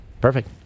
perfect